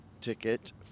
ticket